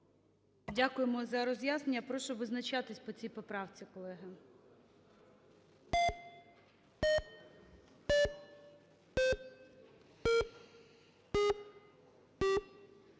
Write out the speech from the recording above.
Дякуємо за роз'яснення. Я прошу визначатися по цій поправці, колеги.